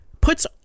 puts